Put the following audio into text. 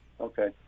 okay